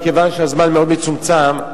מכיוון שהזמן מאוד מצומצם,